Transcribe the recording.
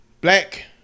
black